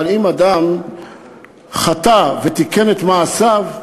אבל אם אדם חטא ותיקן את מעשיו,